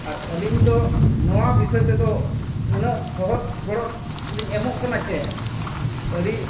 ᱟᱨ ᱟᱹᱞᱤᱧ ᱫᱚ ᱱᱚᱣᱟ ᱵᱤᱥᱚᱭ ᱛᱮᱫᱚ ᱩᱱᱟᱹᱜ ᱥᱚᱦᱚᱫ ᱜᱚᱲᱚ ᱞᱤᱧ ᱮᱢᱚᱜ ᱠᱟᱱᱟ ᱥᱮ ᱟᱹᱰᱤ